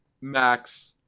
Max